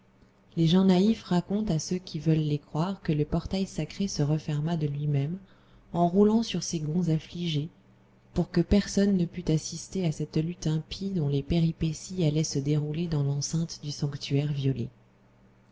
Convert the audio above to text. les gens naïfs racontent à ceux qui veulent les croire que le portail sacré se referma de lui-même en roulant sur ses gonds affligés pour que personne ne pût assister à cette lutte impie dont les péripéties allaient se dérouler dans l'enceinte du sanctuaire violé